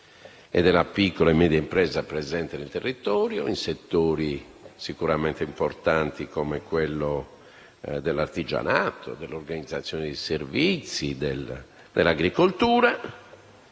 e della piccola e media impresa presente sul territorio, in settori sicuramente importanti come quello dell'artigianato, dell'organizzazione dei servizi e dell'agricoltura;